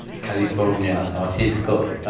california, san francisco.